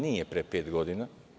Nije pre pet godina.